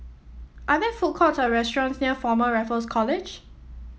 are there food courts or restaurants near Former Raffles College